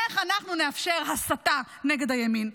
איך אנחנו נאפשר הסתה נגד הימין,